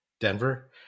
Denver